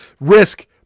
Risk